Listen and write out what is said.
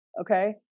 okay